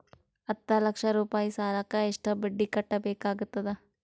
ಹತ್ತ ಲಕ್ಷ ರೂಪಾಯಿ ಸಾಲಕ್ಕ ಎಷ್ಟ ಬಡ್ಡಿ ಕಟ್ಟಬೇಕಾಗತದ?